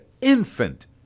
infant